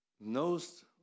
knows